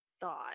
thought